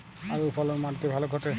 আলুর ফলন মাটি তে ভালো ঘটে?